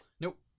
Nope